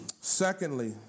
Secondly